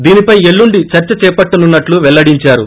దీనిపై ఎల్లుండి చర్చ చేపట్టనున్నట్లు వెల్లడించారు